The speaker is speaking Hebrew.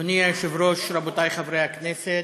אדוני היושב-ראש, רבותי חברי הכנסת,